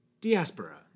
Diaspora